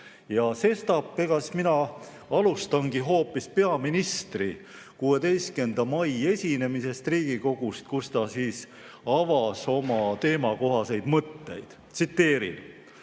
Sestap mina alustangi hoopis peaministri 16. mai esinemisest Riigikogus, kus ta avas oma teemakohaseid mõtteid. Tsiteerin: